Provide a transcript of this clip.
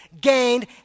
gained